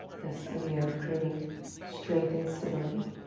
this idea of creating strength and stability.